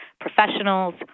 professionals